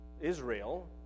Israel